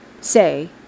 say